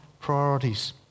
priorities